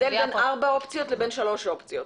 --- זה הבדל בין ארבע אופציות לבין שלוש אופציות.